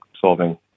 solving